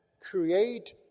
create